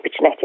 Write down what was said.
epigenetic